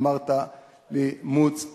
אמרת לי: מוץ,